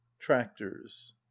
tractors